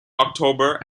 october